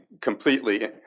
completely